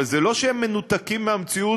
אבל זה לא שהם מנותקים מהמציאות,